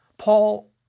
Paul